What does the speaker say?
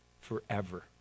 forever